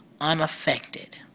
unaffected